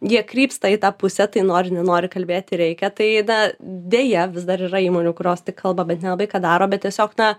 jie krypsta į tą pusę tai nori nenori kalbėti reikia tai na deja vis dar yra įmonių kurios tik kalba bet nelabai ką daro bet tiesiog na